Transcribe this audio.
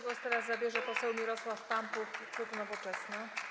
Głos teraz zabierze poseł Mirosław Pampuch, klub Nowoczesna.